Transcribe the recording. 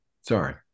Sorry